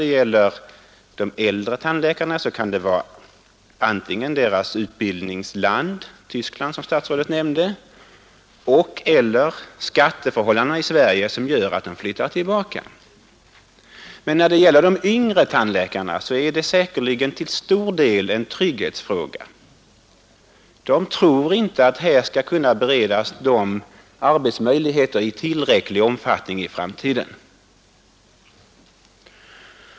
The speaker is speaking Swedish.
Beträffande de äldre tandläkarna kan jag gå med på att Tyskland kan vara deras utbildningsland -- som herr statsrådet nämnde — och detta kan tillsammans med skatteförhällandena här i Sverige göra att de flyttar dit igen. Men när det gäller de yngre tandläkarna är det säkerligen till stor del en trygghetsfråga. De tror inte att de i framtiden kan beredas arbetsmöjligheter i tillräcklig omfattning.